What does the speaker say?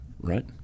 Right